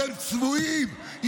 אתם צבועים.